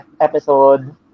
episode